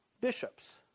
bishops